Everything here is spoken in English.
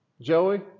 Joey